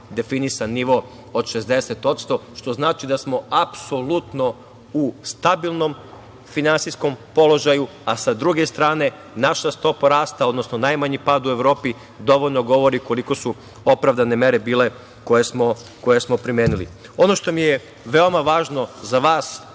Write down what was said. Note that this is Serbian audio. definisan nivo od 60% što znači da smo apsolutno u stabilnom finansijskom položaju, a sa druge strane, naša stopa rasta, odnosno najmanji pad u Evropi, dovoljno govori koliko su opravdane mere bile koje smo primenili. Ono što mi je veoma važno za vas,